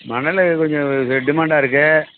மணல் கொஞ்சம் டிமாண்டாக இருக்குது